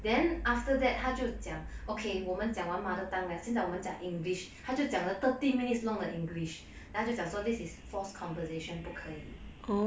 then after that 他就讲 okay 我们讲完 mother tongue liao 现在我们讲 english 他就讲得 thirty minutes long 的 english then 他就讲 this is forced conversation 不可以